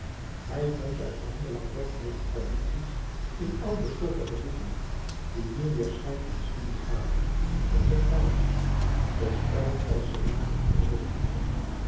hij vond ervan belangwekkende tradities in oude stoffige boelouis couperus metamorfoze ken die nu weêr schijn van studie gaven aan zijn kamer verspreid als ze lagen over den divan